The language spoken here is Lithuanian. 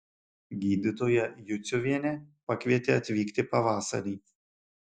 gydytoja juciuvienė pakvietė atvykti pavasarį